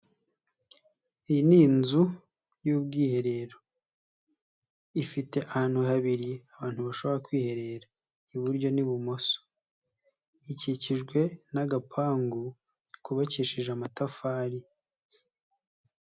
Iyi ni inzu y'ubwiherero, ifite ahantu habiri abantu bashobora kwiherera iburyo n'ibumoso, ikikijwe n'agapangu kubakishije amatafari.